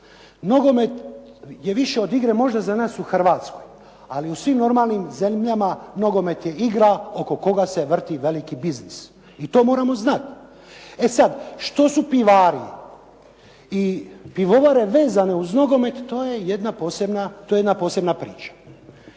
Nogomet je više od igre možda za nas u Hrvatskoj, ali u svim normalnim zemljama nogomet je igra oko koga se vrti veliki biznis. I to moramo znati. E sada, što su pivari i pivovare vezane uz nogomet, to je jedna posebna,